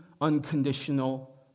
unconditional